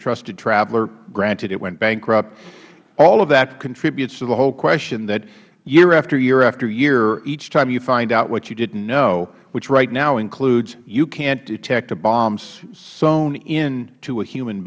trusted traveler granted it went bankrupt all of that contributes to the whole question that year after year after year each time you find out what you didn't know which right now includes you can't detect a bomb sewn into a human